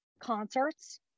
concerts